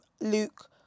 luke